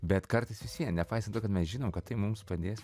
bet kartais visvien nepaisant to kad mes žinom kad tai mums padės